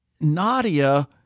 Nadia